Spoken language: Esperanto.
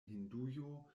hindujo